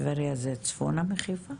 טבריה זה צפונה מחיפה?